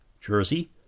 Jersey